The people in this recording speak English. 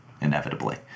inevitably